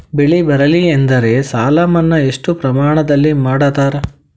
ಬೆಳಿ ಬರಲ್ಲಿ ಎಂದರ ಸಾಲ ಮನ್ನಾ ಎಷ್ಟು ಪ್ರಮಾಣದಲ್ಲಿ ಮಾಡತಾರ?